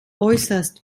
äußerst